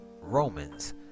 Romans